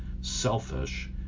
selfish